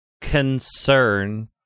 concern